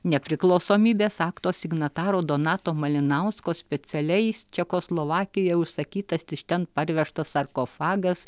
nepriklausomybės akto signataro donato malinausko specialiais čekoslovakijoj užsakytas iš ten parvežtas sarkofagas